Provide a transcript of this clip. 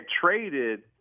traded